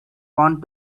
want